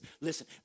listen